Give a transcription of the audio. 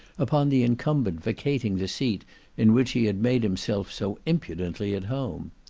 upon the incumbent vacating the seat in which he had made himself so impudently at home.